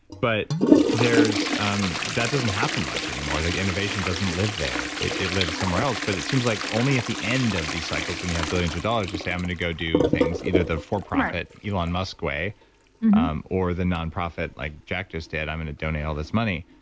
but um that doesn't happen much anymore. the innovation doesn't live there. it it lives somewhere else, but it seems like only at the end of the cycles when you have billions of dollars you say, i'm going to go do things. either the for profit, elon musk way um or the nonprofit like jack just did, i'm going to donate all this money.